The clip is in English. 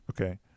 Okay